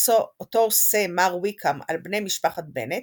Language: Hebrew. אותו עושה מר ויקהם על בני משפחת בנט,